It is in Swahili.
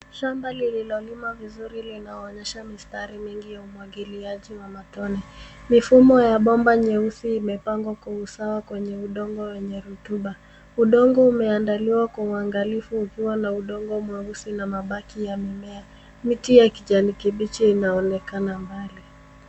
Shamba lililolimwa vizuri linaonyesha mistari mingi ya umwagiliaji wa matone. Mifumo ya bomba nyeusi imepangwa kwa usawa kwenye udongo wenye rutuba. Udongo umeandaliwa kwa uangalifu ukiwa na udongo mweusi na mabaki ya mimea. Miti ya kijani kibichi imeonekana mbali.